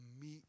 meet